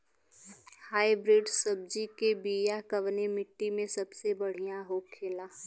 Hybrid सब्जी के बिया कवने मिट्टी में सबसे बढ़ियां होखे ला?